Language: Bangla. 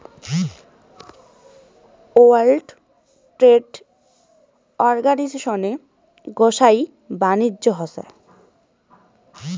ওয়ার্ল্ড ট্রেড অর্গানিজশনে সোগাই বাণিজ্য হসে